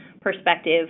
perspective